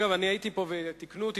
אגב, אני הייתי פה ותיקנו אותי.